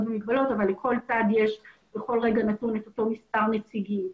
במגבלות כאשר לכל צד יש בכל רגע נתון את אותו מספר נציגים.